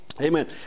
Amen